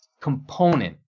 component